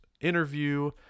interview